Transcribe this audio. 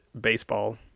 baseball